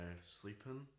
Sleeping